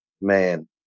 man